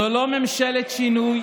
זו לא ממשלת שינוי,